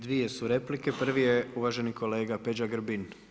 Dvije su replike, prvi je uvaženi kolega Peđa Grbin.